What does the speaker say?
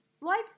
life